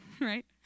right